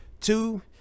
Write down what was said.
Two